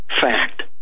fact